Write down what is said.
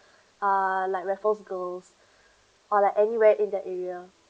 ah like raffles girls or like anywhere in that area